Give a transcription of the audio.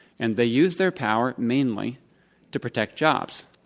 and they use their power mainly to protect jobs.